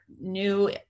new